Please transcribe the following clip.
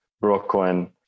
Brooklyn